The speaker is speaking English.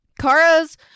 Kara's